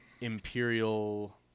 imperial